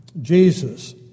Jesus